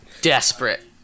Desperate